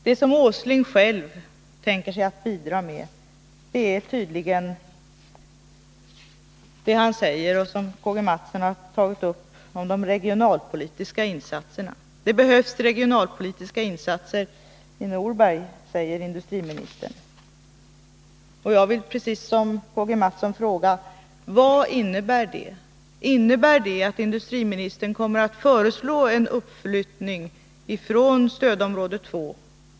Det som industriminister Åsling själv tänker bidra till är tydligen, vilket Karl-Gustaf Mathsson har tagit upp, regionalpolitiska insatser. Det behövs regionalpolitiska insatser i Norberg, säger industriministern. Jag vill, precis som Karl-Gustaf Mathsson, fråga: Vad innebär det? Innebär det att industriministern kommer att föreslå en uppflyttning för Norberg från stödområde 2?